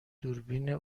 دوربین